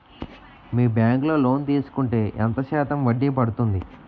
మీ bank లో loan తీసుకుంటే ఎంత శాతం వడ్డీ పడ్తుంది?